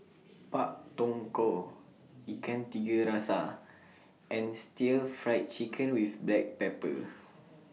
Pak Dong Ko Ikan Tiga Rasa and Stir Fried Chicken with Black Pepper